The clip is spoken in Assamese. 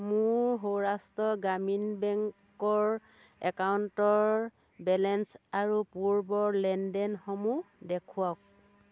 মোৰ সৌৰাষ্ট্ৰ গ্ৰামীণ বেংকৰ একাউণ্টৰ বেলেঞ্চ আৰু পূৰ্বৰ লেনদেনসমূহ দেখুৱাওক